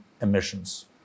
emissions